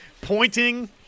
pointing